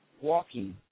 walking